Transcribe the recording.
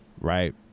right